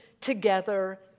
together